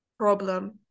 Problem